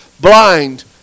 blind